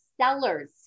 sellers